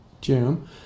Jim